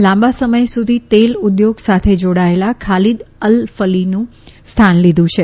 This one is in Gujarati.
તેમણે લાંબા સમય સુધી તેલ ઉદ્યોગ સાથે જાડાયેલા ખાલિદ અલફલીહનું સ્થાન લીધું છે